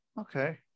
Okay